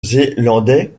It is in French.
zélandais